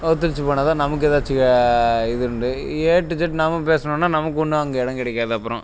ஒத்துழைச்சி போனால்தான் நமக்கு ஏதாச்சும் இதுன்டு ஏ டு இசட் நம்ம பேசுனோனால் நமக்கு ஒன்றும் அங்கே இடம் கிடைக்காது அப்புறம்